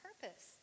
purpose